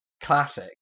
Classic